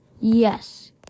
Yes